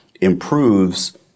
improves